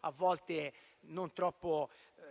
a volte non troppo